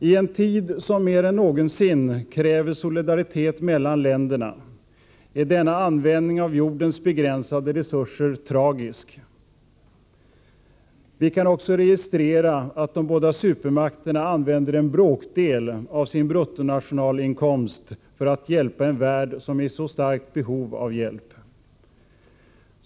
I en tid som mer än någonsin tidigare kräver solidaritet mellan länderna är denna användning av jordens begränsade resurser tragisk. Vi kan också registrera att de båda supermakterna använder en bråkdel av sin bruttonationalinkomst för att hjälpa en värld, som är i starkt behov av hjälp.